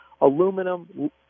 aluminum